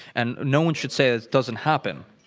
and no one should say this doesn't happen.